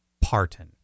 Parton